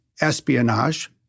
espionage